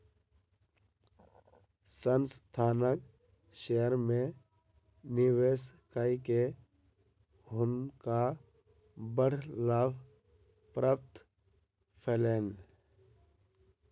संस्थानक शेयर में निवेश कय के हुनका बड़ लाभ प्राप्त भेलैन